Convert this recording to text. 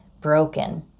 broken